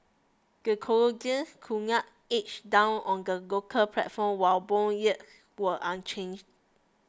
the Croatian kuna edged down on the local platform while bond yields were unchanged